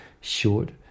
short